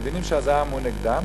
הם מבינים שהזעם הוא נגדם,